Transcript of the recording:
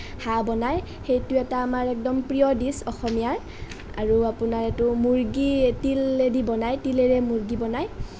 হাঁহ বনায় সেইটো এটা আমাৰ একদম প্ৰিয় দিছ অসমীয়াৰ আৰু আপোনাৰ এইটো মূৰ্গীৰে তিলেদি বনায় তিলেৰে মূৰ্গী বনায়